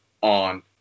on